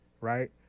right